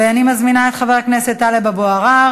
ואני מזמינה את חבר הכנסת טלב אבו עראר.